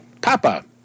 Papa